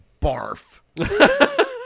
barf